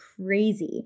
crazy